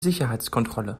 sicherheitskontrolle